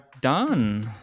done